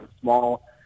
small